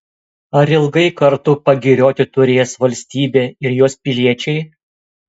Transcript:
ar ilgai kartu pagirioti turės valstybė ir jos piliečiai